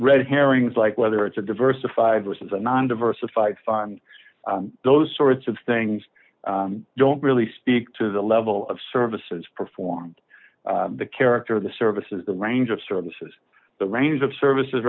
red herrings like whether it's a diversified vs a non diversified find those sorts of things don't really speak to the level of services performed the character of the services the range of services the range of services